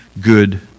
good